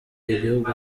igihugu